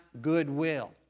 goodwill